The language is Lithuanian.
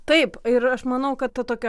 taip ir aš manau kad to tokio